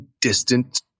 distant